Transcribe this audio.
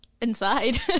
inside